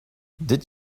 did